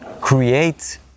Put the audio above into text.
create